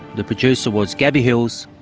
the producer was gabby hills.